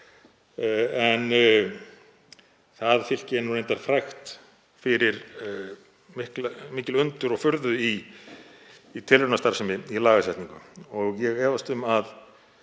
en það fylki er reyndar frægt fyrir mikil undur og furður og tilraunastarfsemi í lagasetningu og ég efast um að